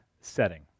setting